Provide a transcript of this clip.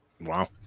wow